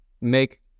make